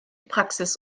praxis